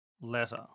letter